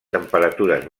temperatures